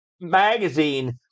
magazine